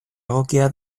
egokia